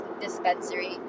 dispensary